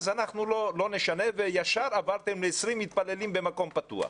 אתם לא תשנו וישר עברתם ל-20 מתפללים במקום פתוח.